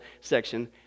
section